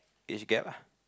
age gap ah